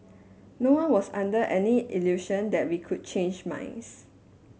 no one was under any illusion that we could change minds